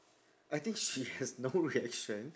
I think she has no reaction